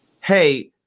Hey